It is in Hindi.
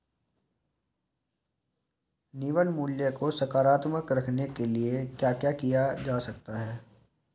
निवल मूल्य को सकारात्मक रखने के लिए क्या क्या किया जाता है?